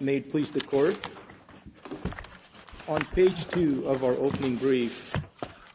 made please the court on page two of our opening brief